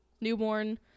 newborn